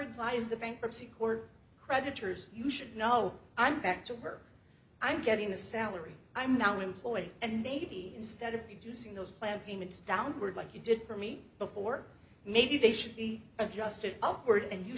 advised the bankruptcy court creditors you should know i'm back to work i'm getting a salary i'm now employed and maybe instead of using those plans payments downward like you did for me before maybe they should be adjusted upward and you